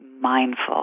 mindful